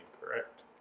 correct